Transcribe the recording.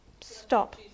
stop